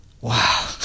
Wow